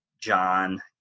John